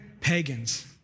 pagans